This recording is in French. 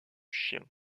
chien